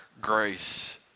grace